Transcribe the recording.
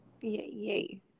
yay